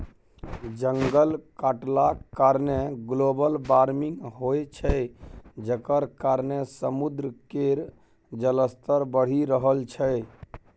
जंगल कटलाक कारणेँ ग्लोबल बार्मिंग होइ छै जकर कारणेँ समुद्र केर जलस्तर बढ़ि रहल छै